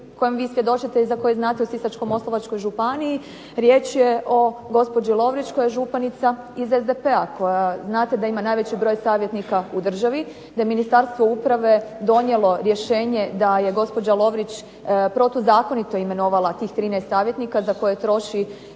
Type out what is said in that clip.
kojem vi svjedočite i za kojeg znate u Sisačko-moslavačkoj županiji. Riječ je o gospođi Lovrić koja je županica iz SDP-a, koja znate da ima najveći broj savjetnika u državi, da je Ministarstvo uprave donijelo rješenje da je gospođa Lovrić protuzakonito imenovala tih 13 savjetnika za koje troši